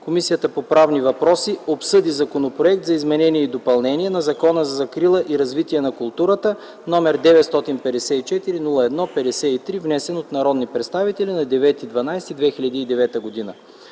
Комисията по правни въпроси обсъди Законопроект за изменение и допълнение на Закона за закрила и развитие на културата, № 954 – 01 – 53, внесен от народните представители Даниела Петрова,